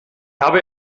habe